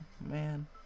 man